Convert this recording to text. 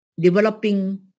developing